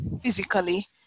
physically